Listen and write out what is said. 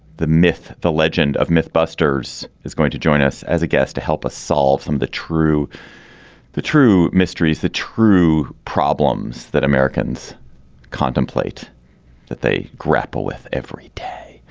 the myth the legend of myth busters is going to join us as a guest to help us solve them the true the true mysteries the true problems that americans contemplate that they grapple with every day.